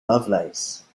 lovelace